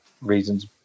reasons